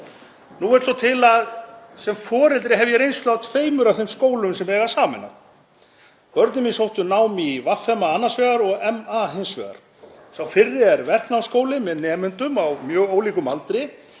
Nú vill svo til að sem foreldri hef ég reynslu af tveimur af þeim skólum sem á að sameina. Börnin mín sóttu nám í VMA annars vegar og MA hins vegar. Sá fyrri er verknámsskóli með nemendum á mjög ólíkum aldri